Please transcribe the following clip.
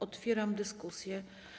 Otwieram dyskusję.